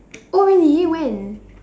oh really when